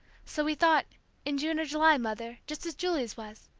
so we thought in june or july, mother, just as julie's was!